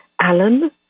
Alan